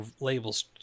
labels